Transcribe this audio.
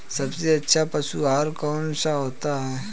सबसे अच्छा पशु आहार कौन सा होता है?